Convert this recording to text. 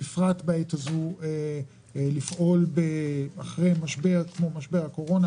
בפרט בעת הזאת של אחרי משבר כמו משבר הקורונה